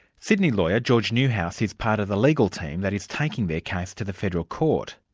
sydney lawyer george newhouse is part of the legal team that is taking their case to the federal court.